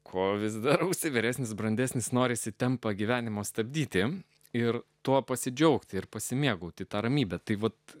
ko vis darausi vyresnis brandesnis norisi tampa gyvenimo stabdyti ir tuo pasidžiaugti ir pasimėgauti ta ramybe tai vat